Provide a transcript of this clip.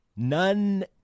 none